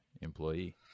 employee